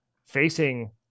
facing